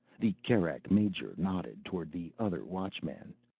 the kerak major nodded toward the other watchman.